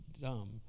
dumb